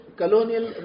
colonial